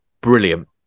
brilliant